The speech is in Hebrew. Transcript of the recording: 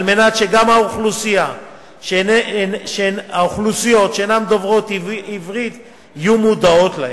כדי שגם האוכלוסיות שאינן דוברות עברית יהיו מודעות להן,